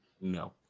No